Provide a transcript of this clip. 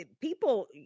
people